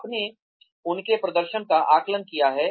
आपने उनके प्रदर्शन का आकलन किया है